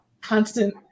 constant